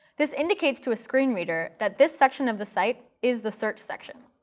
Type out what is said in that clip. this indicates to a screen reader that this section of the site is the search section.